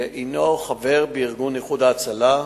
שהינו חבר בארגון "איחוד הצלה",